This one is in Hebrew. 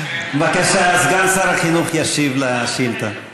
בבקשה, סגן שר החינוך ישיב על השאילתה.